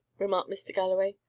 remarked mr. galloway.